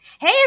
Hey